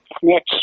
snitch